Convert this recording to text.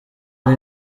ari